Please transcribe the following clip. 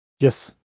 Yes